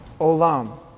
olam